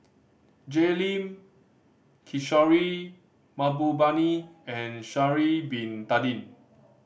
Jay Lim Kishore Mahbubani and Sha'ari Bin Tadin